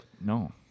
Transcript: no